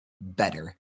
better